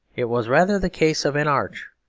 it was rather the case of an arch,